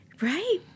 Right